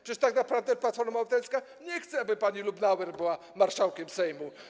Przecież tak naprawdę Platforma Obywatelska nie chce, aby pani Lubnauer była marszałkiem Sejmu.